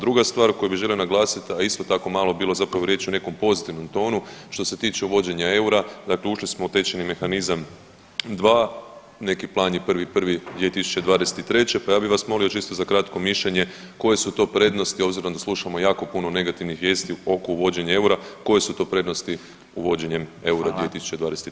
Druga stvar koju bih želio naglasiti, a isto tako malo bilo zapravo riječi o nekom pozitivnom tonu, što se tiče uvođenja eura, dakle ušli smo u tečajni mehanizam 2, neki plan je 1.1.2023., pa ja bih vas molio čisto za kratko mišljenje, koje su to prednosti obzirom da slušamo jako puno negativnih vijesti oko uvođenja eura, koje su to prednosti uvođenjem [[Upadica: Hvala.]] eura 2023.